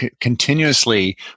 continuously